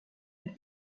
mit